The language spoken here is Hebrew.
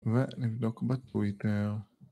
ונבדוק בטוויטר